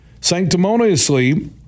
sanctimoniously